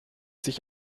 sich